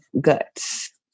guts